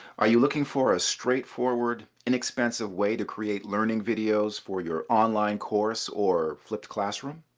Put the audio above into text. are you looking for a straightforward, inexpensive way to create learning videos for your online course or flipped classroom?